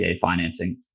financing